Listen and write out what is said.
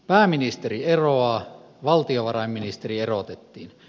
pääministeri eroaa valtiovarainministeri erotettiin